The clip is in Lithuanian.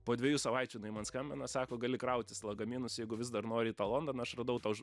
po dviejų savaičių jinai man skambina sako gali krautis lagaminus jeigu vis dar nori į tą londoną aš radau tau